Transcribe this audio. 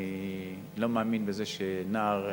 אני לא מאמין בזה שנער,